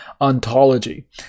ontology